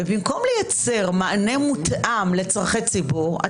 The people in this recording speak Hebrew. ובמקום לייצר מענה מותאם לצורכי ציבור,